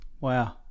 Wow